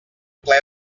ple